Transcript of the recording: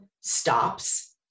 stops